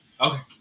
Okay